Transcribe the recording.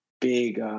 big